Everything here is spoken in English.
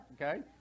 Okay